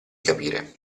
capire